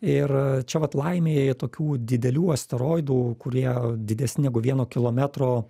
ir čia vat laimė tokių didelių asteroidų kurie didesni negu vieno kilometro